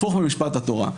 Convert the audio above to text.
הפוך ממשפט התורה.